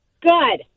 Good